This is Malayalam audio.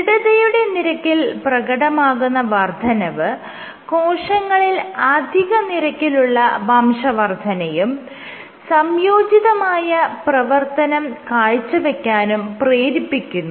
ദൃഢതയുടെ നിരക്കിൽ പ്രകടമാകുന്ന വർദ്ധനവ് കോശങ്ങളിൽ അധിക നിരക്കിലുള്ള വംശവർദ്ധനയും സംയോജിതമായ പ്രവർത്തനം കാഴ്ചവെക്കാനും പ്രേരിപ്പിക്കുന്നു